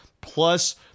plus